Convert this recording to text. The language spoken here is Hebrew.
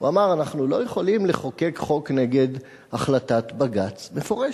הוא אמר: אנחנו לא יכולים לחוקק חוק נגד החלטת בג"ץ מפורשת,